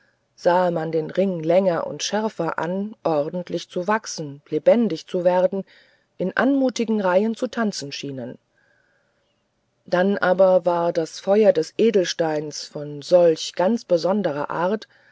sahe man den ring länger und schärfer an ordentlich zu wachsen lebendig zu werden in anmutigen reihen zu tanzen schienen dann aber war das feuer des edelsteins von solch ganz besonderer art